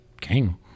king